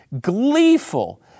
gleeful